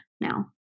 now